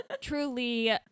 truly